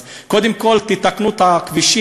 אז קודם כול תקנו את הכבישים,